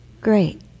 Great